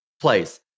place